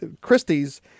Christie's